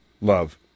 Love